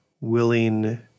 willing